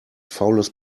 faules